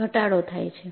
ઘટાડો થાય છે